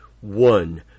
one